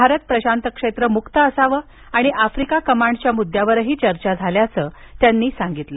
भारत प्रशांत क्षेत्र मुक्त असावा आणि आफ्रिका कमांडच्या मुद्यावरही चर्चा झाल्याचं सिंह म्हणाले